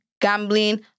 gambling